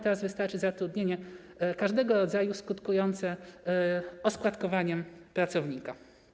Teraz wystarczy zatrudnienie każdego rodzaju skutkujące oskładkowaniem pracownika.